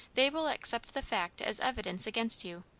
they will accept the fact as evidence against you.